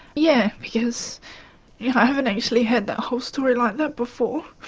yeah because yeah i haven't actually heard the whole story like that before.